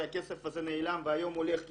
שהכסף הזה נעלם והיום הולך,